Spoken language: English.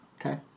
Okay